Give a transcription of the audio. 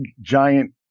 giant